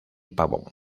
pavón